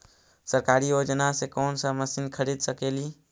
सरकारी योजना से कोन सा मशीन खरीद सकेली?